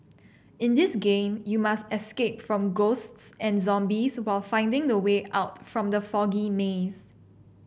in this game you must escape from ghosts and zombies while finding the way out from the foggy maze